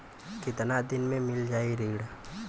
कितना दिन में मील जाई ऋण?